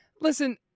Listen